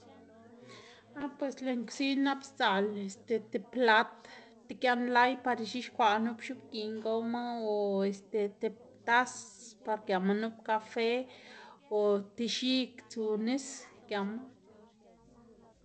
ah pues lën kwsin nap sdzal tib plat, ti gianlay par ix̱uxkwaꞌ nup x̱ubgiꞌn gowma o este tib tas par giama nup kafe o ti x̱ig tsu nis giama.